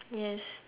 yes